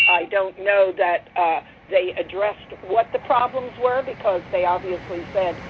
don't know that they addressed what the problems were, because they obviously said,